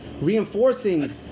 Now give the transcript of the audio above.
reinforcing